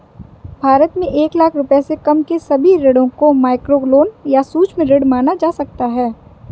भारत में एक लाख रुपए से कम के सभी ऋणों को माइक्रोलोन या सूक्ष्म ऋण माना जा सकता है